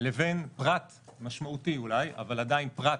לבין פרט, משמעותי אולי, אבל עדיין פרט